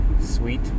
sweet